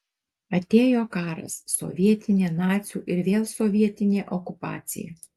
atėjo karas sovietinė nacių ir vėl sovietinė okupacija